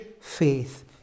faith